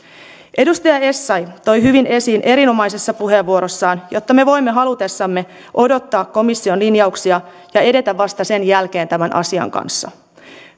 edustaja essayah toi hyvin esiin erinomaisessa puheenvuorossaan että me voimme halutessamme odottaa komission linjauksia ja edetä vasta sen jälkeen tämän asian kanssa